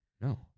No